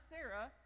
Sarah